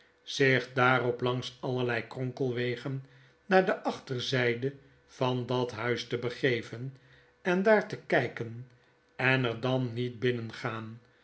zich daarop langs allerlei kronkelwegen naar de achterzyde van dat huis te begeven en daar te kyken en er dan niet binnen